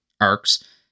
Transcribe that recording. arcs